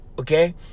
okay